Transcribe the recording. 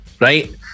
right